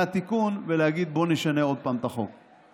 התיקון ולהגיד: בואו נשנה עוד פעם את החוק.